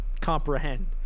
comprehend